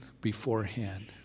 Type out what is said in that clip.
beforehand